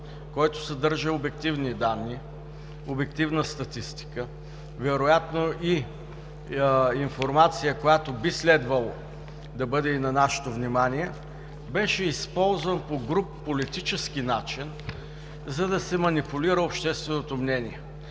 който съдържа обективни данни, обективна статистика, вероятно и информация, която би следвало да бъде на нашето внимание, беше използвана по груб политически начин, за да се манипулира общественото мнение,